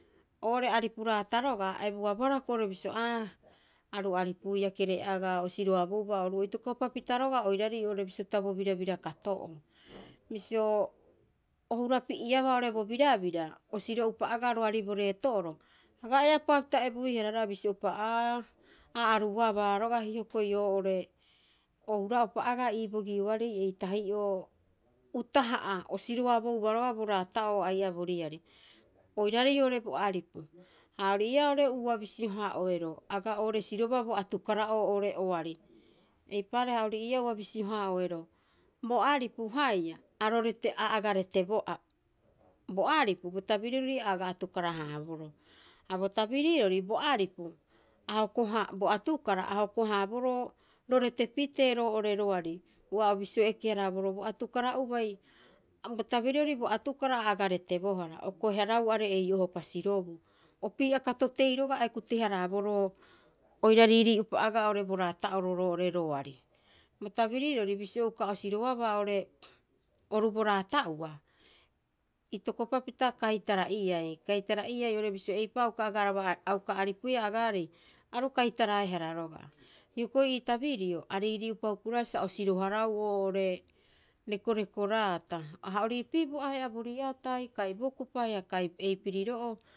Oo'ore aripu raata roga'a a ebuabohara hiko'i oo'ore bisio aa, aru aripuia kere'agaa o siroabouba oru'oo. Itokopa pita roga'a oiraarei bisio pita bo birabira kato'oo. Bisio o hurapieabaa oo'ore bo birabira o siro'upa agaa roari bo reeto'oro, aga eapaa pita ebuihara roga'a bisio'upa, aa aruabaa roga'a hioko'i 'oo'ore, o hura'upa agaa ii bogioarei ei tahi'oo utaha'a o siroabouba roga'a bo raata'oo ai'aa bo riari oiraarei oo'ore bo aripu. Ha ori ii'aa oo'ore ua bisio- haa'oeroo. aga oo'ore sirobaa bo atukara'oo oo'ore oari. Eipaareha ori ii'aa ua bisio- haa'oeroo, bo aripu haia a ro rete, a aga retebo a. Bo aripu bo tabirirori a aga atukara- haaboroo, ha bo tabirirori bo aripu a hoko- haa, bo atukara ha hoko- haaboroo ro retepitee roo'ore roari, ua bisio o eke- haraaboroo bo atukara ubai. Ha bo tabirirori bo atukara a aga retebohara o koe- haraau are'ei ohopa sirobuu. Opii'a katotei roga'a aae kute- haraaboro oira riirii'upa agaa oo'ore bo raata'oro roo'ore roari. Bo tabirirori bisio uka o siroabaa oo'ore oru bo raata'oa, itokopapita kaitara'iai. Kaitara'iai oo'ore bisio eipa'oo a uka agaraba, a uka aripuia agaarei, aru kaitaraehara roga'a. Hioko'i ii tabirio a riirii'upa hukuraeea sa o siro- haraau oo'ore rekoreko raata. Ha ori iipii bo a he'a bo riatai kai bo kupa haia kai ei piriro'oo.